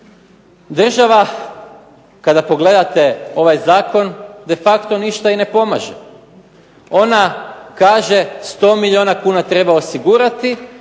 država kada pogledate ovaj zakon de facto ništa i ne pomaže. Ona kaže sto milijuna kuna treba osigurati,